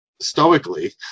stoically